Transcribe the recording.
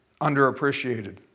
underappreciated